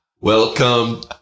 Welcome